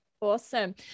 Awesome